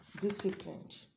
disciplined